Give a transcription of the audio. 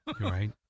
Right